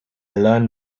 learn